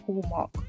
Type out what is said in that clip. hallmark